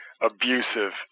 abusive